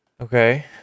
Okay